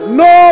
no